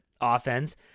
offense